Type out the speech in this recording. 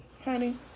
honey